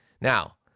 Now